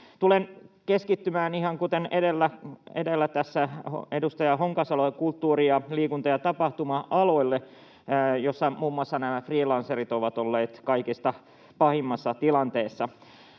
Tulen keskittymään, ihan kuten edellä edustaja Honkasalo, kulttuuri‑ ja liikunta‑ ja tapahtuma-aloille, joilla muun muassa nämä freelancerit ovat olleet kaikista pahimmassa tilanteessa.